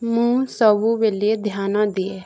ମୁଁ ସବୁବେଳେ ଧ୍ୟାନ ଦିଏ